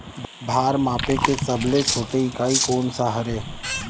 भार मापे के सबले छोटे इकाई कोन सा हरे?